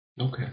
Okay